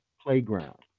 playground